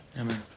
Amen